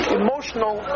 emotional